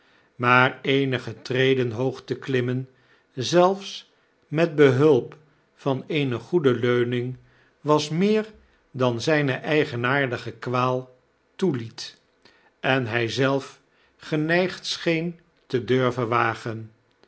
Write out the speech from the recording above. maar eenige tredenhoogteklimmen zelfs met behulp van eene goede leuning was meer dan zyne eigenaardige kwaal toeliet en hy zelf geneigd scheen te durven wagen